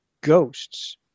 ghosts